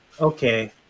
okay